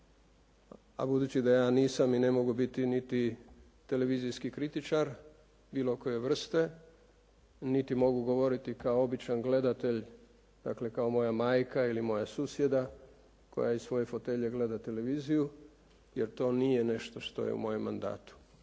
a budući da ja nisam i ne mogu biti niti televizijski kritičar bilo koje vrste, niti mogu govoriti kao običan gledatelj, dakle kao moja majka ili moja susjeda koja iz svoje fotelje gleda televiziju, jer to nije nešto što je u mojem mandatu,